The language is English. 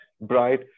bright